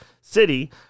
City